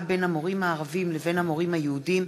בין המורים הערבים לבין המורים היהודים,